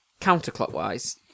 counterclockwise